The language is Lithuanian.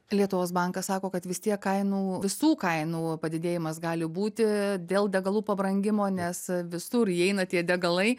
lietuvos bankas sako kad vis tiek kainų visų kainų padidėjimas gali būti dėl degalų pabrangimo nes visur įeina tie degalai